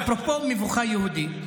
אפרופו מבוכה יהודית,